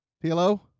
Hello